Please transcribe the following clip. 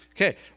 Okay